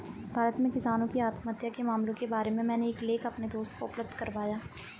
भारत में किसानों की आत्महत्या के मामलों के बारे में मैंने एक लेख अपने दोस्त को उपलब्ध करवाया